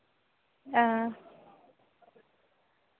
हां